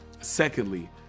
Secondly